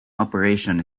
operation